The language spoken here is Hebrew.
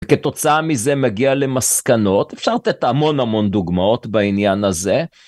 וכתוצאה מזה מגיע למסקנות אפשר לתת המון המון דוגמאות בעניין הזה.